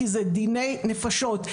כי זה דיני נפשות.